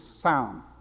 sound